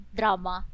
drama